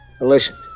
Listen